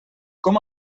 com